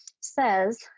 says